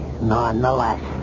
nonetheless